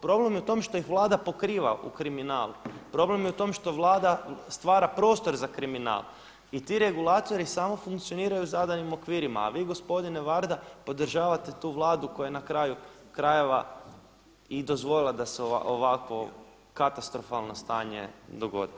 Problem je u tome što ih Vlada pokriva u kriminalu, problem je u tom što Vlada stvara prostor za kriminal i ti regulatori samo funkcioniraju u zadanim okvirima, a vi gospodine Varda podržavate tu Vladu koja je na kraju krajeva i dozvolila da se ovakvo katastrofalno stanje dogodi.